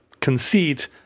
conceit